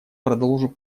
продолжу